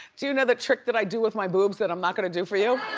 do you know the trick that i do with my boobs that i'm not gonna do for you?